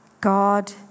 God